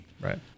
right